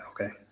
Okay